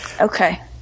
Okay